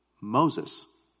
Moses